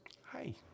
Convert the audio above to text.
Hi